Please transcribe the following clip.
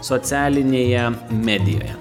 socialinėje medijoje